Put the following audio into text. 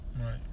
Right